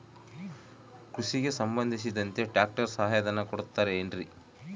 ಕೃಷಿಗೆ ಸಂಬಂಧಿಸಿದಂತೆ ಟ್ರ್ಯಾಕ್ಟರ್ ಸಹಾಯಧನ ಕೊಡುತ್ತಾರೆ ಏನ್ರಿ?